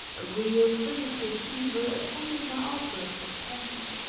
a real physical fever attended my outbursts of passion